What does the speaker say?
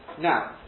Now